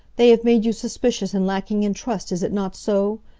they have made you suspicious and lacking in trust, is it not so?